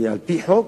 כי על-פי חוק,